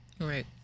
Right